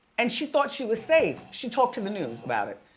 and she thought she was safe. she talked to the news about it.